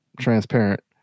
transparent